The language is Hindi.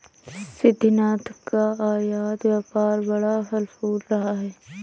सिद्धिनाथ का आयत व्यापार बड़ा फल फूल रहा है